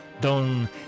Don